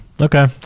Okay